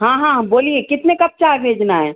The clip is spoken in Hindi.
हाँ हाँ बोलिए कितने कप चाय भेजना है